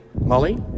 Molly